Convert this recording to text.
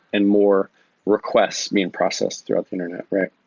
and more requests being processed throughout the internet, right?